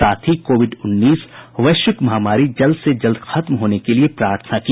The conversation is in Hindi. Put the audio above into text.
साथ ही कोविड उन्नीस वैश्विक महामारी जल्द से जल्द खत्म होने के लिये प्रार्थना की